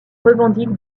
revendique